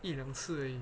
一两次而已